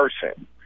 person